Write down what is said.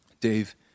Dave